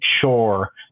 sure